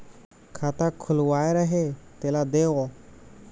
खाता खुलवाय रहे तेला देव?